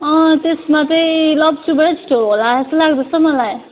त्यसमा चाहिँ लप्चूबाटै छिटो होला जस्तै लाग्दैछ मलाई